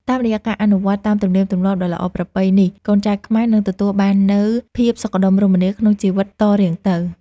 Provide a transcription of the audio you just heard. តាមរយៈការអនុវត្តតាមទំនៀមទម្លាប់ដ៏ល្អប្រពៃនេះកូនចៅខ្មែរនឹងទទួលបាននូវភាពសុខដុមរមនាក្នុងជីវិតតរៀងទៅ។